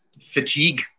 fatigue